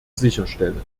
sicherstellen